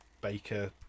Baker